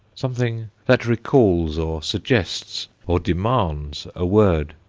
something that recalls, or suggests, or demands a word.